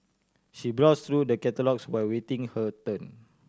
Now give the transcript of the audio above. she browse through the catalogues while waiting her turn